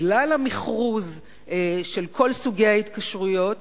בגלל המכרוז של כל סוגי ההתקשרויות,